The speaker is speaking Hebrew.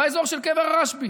באזור של קבר רשב"י.